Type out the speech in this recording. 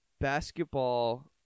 basketball